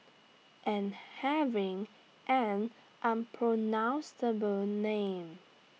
and having an unpronounceable name